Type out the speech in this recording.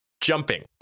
jumping